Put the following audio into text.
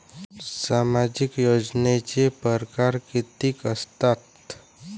सामाजिक योजनेचे परकार कितीक असतात?